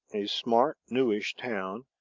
a smart, newish town,